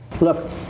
Look